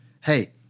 hey